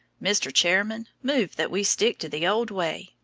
mr. chairman, move that we stick to the old way.